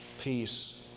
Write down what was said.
peace